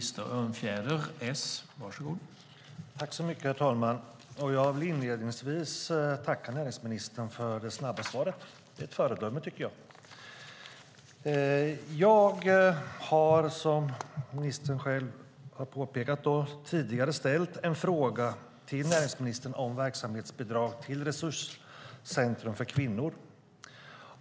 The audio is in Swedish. Herr talman! Jag vill inledningsvis tacka näringsministern för det snabba svaret. Det är ett föredöme, tycker jag. Jag har, som ministern själv påpekade, tidigare ställt en fråga till näringsministern om verksamhetsbidrag till resurscentrum för kvinnor.